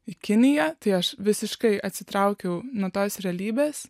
į kiniją tai aš visiškai atsitraukiau nuo tos realybės